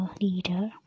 leader